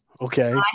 Okay